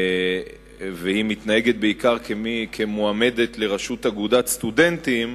והיא מתנהגת בעיקר כמועמדת לראשות אגודת סטודנטים,